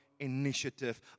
initiative